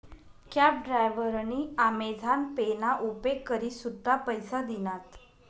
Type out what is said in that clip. cab डायव्हरनी Amazon Pay ना उपेग करी सुट्टा पैसा दिनात